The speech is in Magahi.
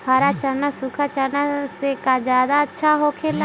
हरा चारा सूखा चारा से का ज्यादा अच्छा हो ला?